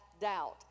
doubt